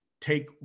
take